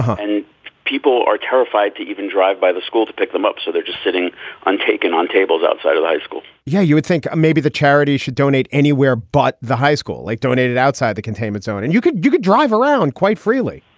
and people are terrified to even drive by the school to pick them up. so they're just sitting on taken on tables outside of high school yeah, you would think maybe the charity should donate anywhere but the high school like donated outside the containment zone. and you could you could drive around quite freely.